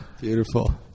Beautiful